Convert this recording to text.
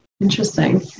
Interesting